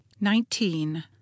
nineteen